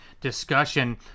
discussion